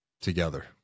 together